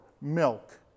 milk